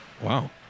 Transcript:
Wow